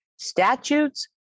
statutes